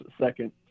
second